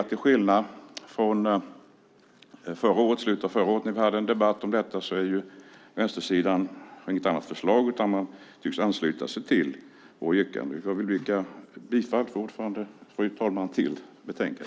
Till skillnad från slutet av förra året när vi hade en debatt om detta har vänstersidan inte något annat förslag. Man tycks ansluta sig till vårt yrkande. Fru talman! Jag vill yrka bifall till förslaget i betänkandet.